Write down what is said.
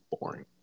boring